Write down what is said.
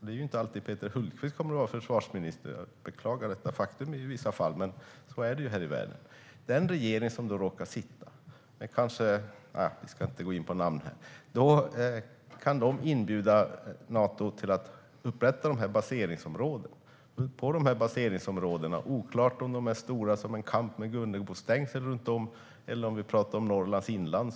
Peter Hultqvist kommer ju inte alltid att vara försvarsminister - ett faktum jag i vissa avseenden beklagar, men så är det här i världen. Den regering som då sitter kanske inbjuder Nato till att upprätta baseringsområden. Det är oklart om baseringsområdena är stora som en camp med Gunnebostängsel runt om eller om vi pratar om Norrlands inland.